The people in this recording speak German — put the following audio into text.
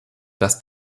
das